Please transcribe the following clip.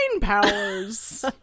powers